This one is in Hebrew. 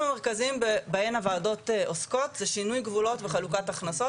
המרכזיים בהם הוועדות עוסקות הם שינוי גבולות וחלוקת הכנסות.